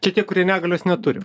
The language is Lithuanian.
čia tie kurie negalios neturi